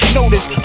notice